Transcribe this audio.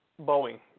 Boeing